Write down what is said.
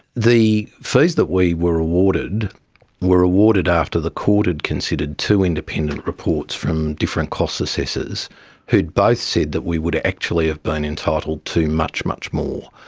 the fees that we were awarded were awarded after the court had considered two independent reports from different court assessors who both said that we would actually have been entitled to much, much more.